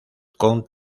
con